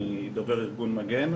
אני דובר ארגון מגן,